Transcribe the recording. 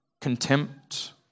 contempt